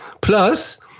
Plus